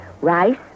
rice